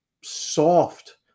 soft